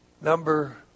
Number